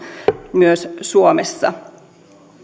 myös suomessa